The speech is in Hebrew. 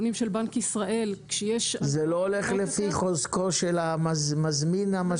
זה לא הולך לפי חוזקו של מזמין המשכנתה?